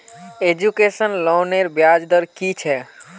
Education लोनेर ब्याज दर कि छे?